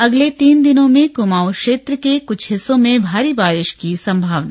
अगले तीन दिनों में कुमांऊ क्षेत्र के कुछ हिस्सों में भारी बारिा की संभावना